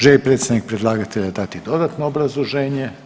Želi predstavnik predlagatelja dati dodatno obrazloženje?